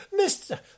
Mr